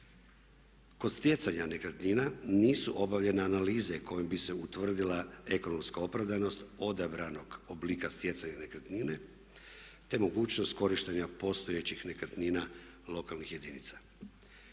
Kod stjecanja nekretnina nisu obavljene analize kojima bi se utvrdila ekonomska opravdanost odabranog oblika stjecanja nekretnine te mogućnost korištenja postojećih nekretnina lokalnih jedinica.